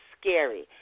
Scary